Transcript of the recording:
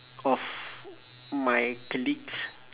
of my colleague's